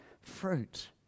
fruit